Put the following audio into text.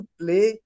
play